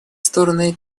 стороны